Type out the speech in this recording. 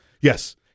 Yes